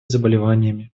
заболеваниями